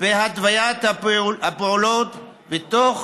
והתוויית הפעולות ותוך